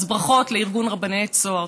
אז ברכות לארגון רבני צהר.